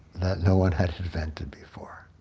that no one had invented before.